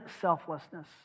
selflessness